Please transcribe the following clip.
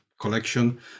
collection